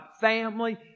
family